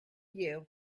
you